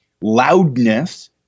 Loudness